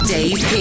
Dave